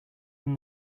from